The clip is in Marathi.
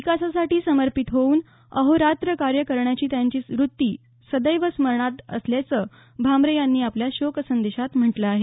विकासासाठी समर्पित होऊन अहोरात्र कार्य करण्याची त्यांची वृत्ती सदैव प्रेरणादायी असल्याचं भामरे यांनी आपल्या शोकसंदेशात म्हटलं आहे